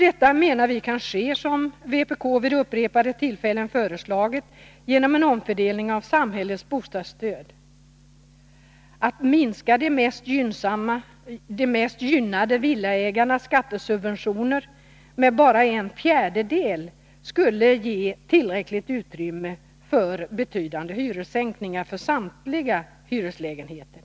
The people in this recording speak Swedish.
Detta kan ske, som vpk vid upprepade tillfällen föreslagit, genom en omfördelning av samhällets bostadsstöd. Att minska de mest gynnade villaägarnas skattesubventioner med bara en fjärdedel skulle ge tillräckligt utrymme för betydande hyressänkningar för samtliga hyreslägenheter.